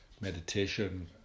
meditation